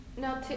Now